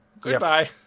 Goodbye